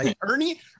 ernie